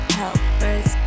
helpers